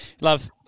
love